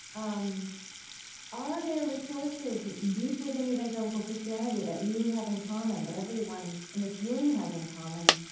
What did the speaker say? um are there resources deep within evangelical christianity that you have in common, that everyone in this room has in common,